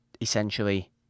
essentially